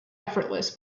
effortless